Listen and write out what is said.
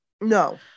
no